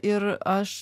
ir aš